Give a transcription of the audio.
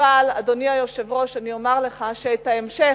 אבל, אדוני היושב-ראש, אני אומר לך שאת ההמשך,